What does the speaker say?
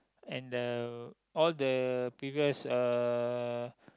and the all the previous uh